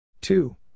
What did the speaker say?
Two